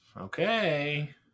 Okay